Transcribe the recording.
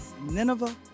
Nineveh